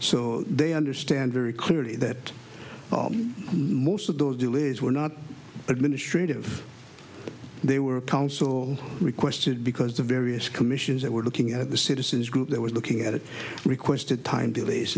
so they understand very clearly that most of those delays were not administrative they were council requested because the various commissions that we're looking at the citizens group that was looking at it requested time